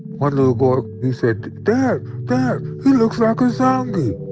one little boy, he said, dad, dad, he looks like a zombie